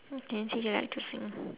oh can see you like to sing